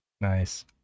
Nice